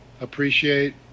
appreciate